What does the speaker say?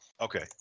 Okay